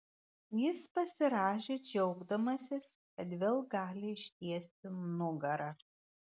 jis pasirąžė džiaugdamasis kad vėl gali ištiesti nugarą